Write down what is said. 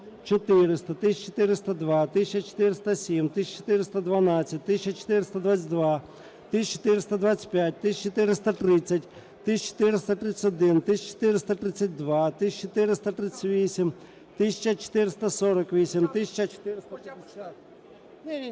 1400, 1402, 1407, 1412, 1422, 1425, 1430, 1431, 1432, 1438, 1448, 1450.